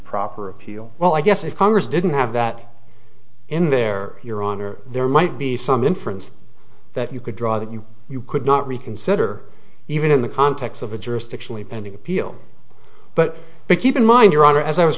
proper appeal well i guess if congress didn't have that in there your honor there might be some inference that you could draw that you you could not reconsider even in the context of a jurisdictionally pending appeal but we keep in mind your honor as i was